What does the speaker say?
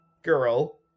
girl